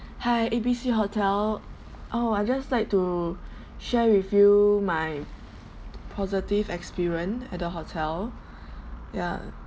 hi A B C hotel oh I just like to share with you my positive experience at the hotel yeah